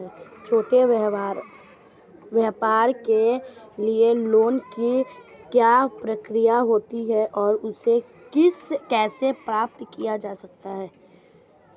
छोटे व्यापार के लिए लोंन की क्या प्रक्रिया होती है और इसे कैसे प्राप्त किया जाता है?